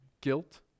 guilt